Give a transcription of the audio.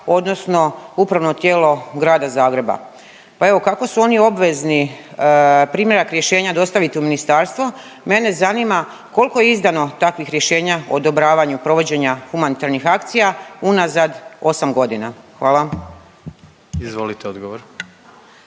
odnosno upravno tijelo Grada Zagreba. Pa evo, kako su oni obvezni primjerak rješenja dostaviti u ministarstvo, mene zanima, koliko je izdano takvih rješenja o odobravanju provođenja humanitarnih akcija unazad 8 godina. Hvala. **Jandroković,